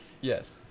Yes